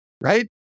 right